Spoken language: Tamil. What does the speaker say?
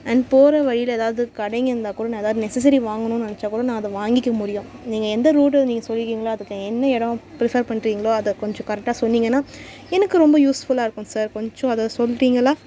அண்ட் போகிற வழியில ஏதாவது கடைங்கள் இருந்தால் கூட நான் ஏதாவது நெசசரி வாங்கணும்னு நினச்சாக்கூட நான் அதை வாங்கிக்க முடியும் நீங்கள் எந்த ரூட்டை நீங்கள் சொல்லிருக்கீங்களோ அதுக்கு என்ன இடம் ப்ரிஃப்பேர் பண்ணுறீங்களோ அத கொஞ்சம் கரெக்டாக சொன்னிங்கன்னால் எனக்கு ரொம்ப யூஸ்ஃபுல்லாக இருக்கும் சார் கொஞ்சம் அதை சொல்கிறீங்களா